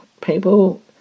people